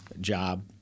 job